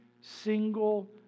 single